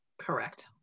Correct